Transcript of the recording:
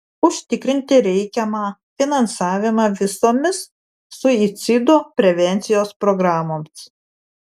užtikrinti reikiamą finansavimą visomis suicido prevencijos programoms